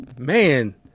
man